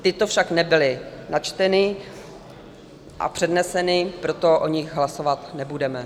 Tyto však nebyly načteny a předneseny, proto o nich hlasovat nebudeme.